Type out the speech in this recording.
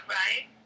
right